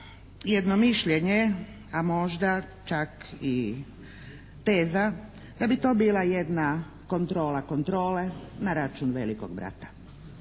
jedno mišljenje, a možda čak i teza da bi to bila jedna kontrola kontrole na račun velikog brata.